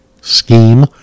scheme